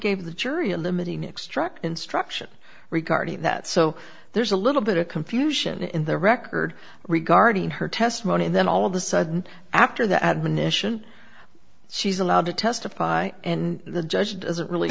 gave the jury a limiting extract instruction regarding that so there's a little bit of confusion in the record regarding her testimony and then all of a sudden after the admonition she's allowed to testify and the judge doesn't really